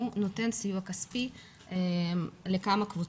נותן סיוע כספי לכמה קבוצות.